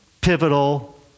Pivotal